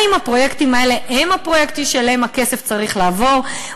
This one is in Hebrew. האם הפרויקטים האלה הם הפרויקטים שאליהם הכסף צריך לעבור.